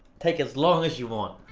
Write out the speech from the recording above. take as long as you want.